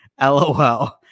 LOL